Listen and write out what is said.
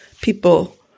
people